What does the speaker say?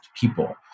people